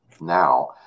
now